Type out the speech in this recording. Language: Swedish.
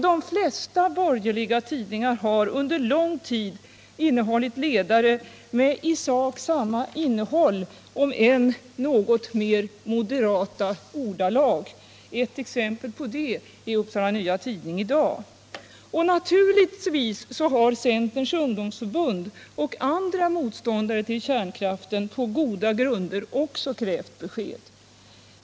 De flesta borgerliga tidningar har under lång tid innehållit ledare med i sak samma innehåll, om än i något mer ”moderata” ordalag. Ett exempel på det är Upsala Nya Tidning i dag. Naturligtvis har Centerns ungdomsförbund och andra motståndare till kärnkraften på goda grunder också krävt besked.